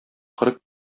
кырык